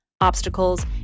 obstacles